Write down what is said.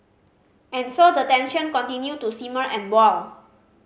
and so the tension continue to simmer and boil